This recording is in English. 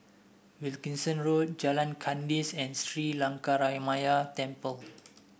Wilkinson Road Jalan Kandis and Sri Lankaramaya Temple